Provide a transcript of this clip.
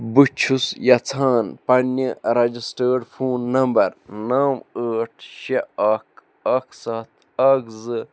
بہٕ چھُس یژھان پننہِ رجسٹرڈ فون نمبر نو ٲٹھ شےٚ اکھ اکھ ستھ اکھ زٕ